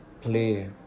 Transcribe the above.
play